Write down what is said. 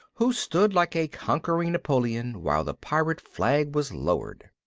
who stood like a conquering napoleon while the pirate flag was lowered.